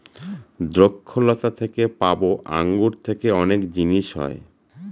দ্রক্ষলতা থেকে পাবো আঙ্গুর থেকে অনেক জিনিস হয়